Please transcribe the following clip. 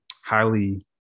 highly